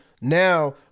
now